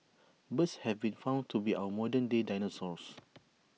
birds have been found to be our modern day dinosaurs